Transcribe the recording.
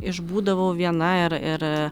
išbūdavau viena ir ir